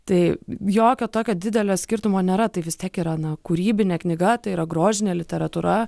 tai jokio tokio didelio skirtumo nėra tai vis tiek yra na kūrybinė knyga tai yra grožinė literatūra